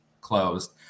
closed